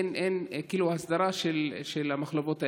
אין הסדרה של המחלבות האלה.